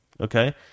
okay